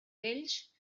vells